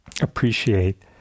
appreciate